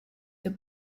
the